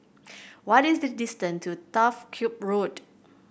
what is the distance to Turf Ciub Road